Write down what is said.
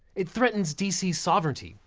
it threatens dc sovereignty,